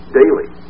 daily